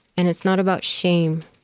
and it's not about shame.